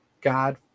God